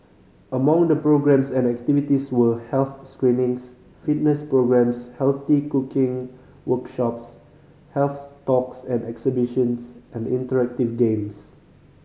among the programmes and activities were health screenings fitness programmes healthy cooking workshops health talks and exhibitions and interactive games